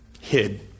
Hid